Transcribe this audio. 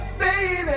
baby